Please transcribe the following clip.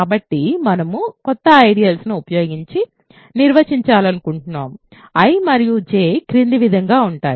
కాబట్టి మనము కొత్త ఐడియల్స్ ను ఉపయోగించి నిర్వచించాలనుకుంటున్నాము I మరియు J క్రింది విధంగా ఉంటాయి